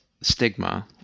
stigma